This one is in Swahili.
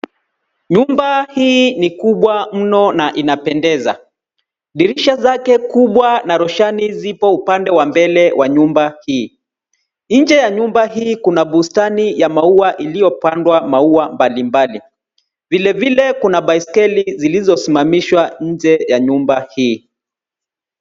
Nyumba hii ni kubwa mnona inapendeza sana. Dirisha zake kubwa na roshani zipo upande wa mbele wa nyumba hii. Nje ya nyumba hii kuna bustani ya maua iliyopandwa maua mbalimbali. Vilevile, kuna baiskeli zilizosimamishwa nje ya nyumba hii.